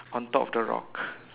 on top of the rock